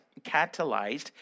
catalyzed